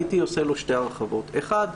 הייתי עושה לו שתי הרחבות: אחד,